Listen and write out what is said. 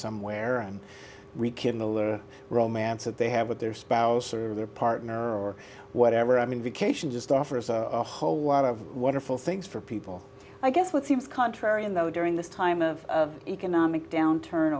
somewhere and rekindle the romance that they have with their spouse or their partner or whatever i mean vacation just offers a whole lot of wonderful things for people i guess what seems contrarian though during this time of economic downturn